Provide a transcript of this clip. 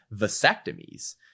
vasectomies